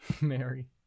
Mary